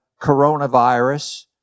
coronavirus